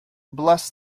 bless